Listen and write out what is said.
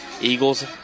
Eagles